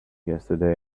yesterday